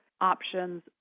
options